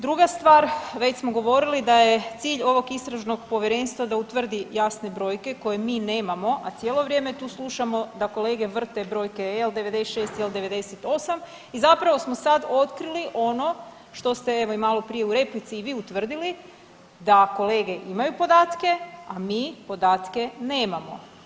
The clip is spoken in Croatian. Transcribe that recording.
Druga stvar već smo govorili da je cilj ovog Istražnog povjerenstva da utvrdi jasne brojke koje mi nemamo, a cijelo vrijeme tu slušamo da kolege vrte brojke L96, L98 i zapravo smo sad otkrili ono što ste evo i malo prije u replici i vi utvrdili, da kolege imaju podatke, a mi podatke nemamo.